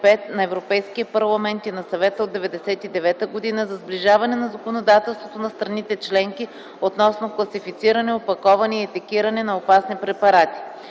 на Европейския парламент и на Съвета от 1999 г. за сближаване на законодателството на страните членки относно класифициране, опаковане и етикиране на опасни препарати.